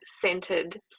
centered